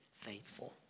faithful